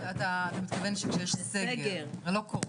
אתה מתכוון כשיש סגר ולא קורונה.